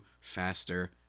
faster